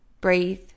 breathe